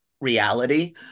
reality